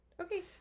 Okay